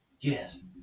Yes